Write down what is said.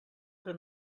que